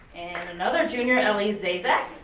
and another junior, ellie zayzack.